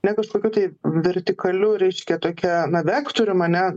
ne kažkokiu tai vertikaliu reiškia tokia na vektorium ane